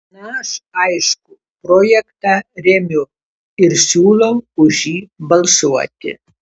na aš aišku projektą remiu ir siūlau už jį balsuoti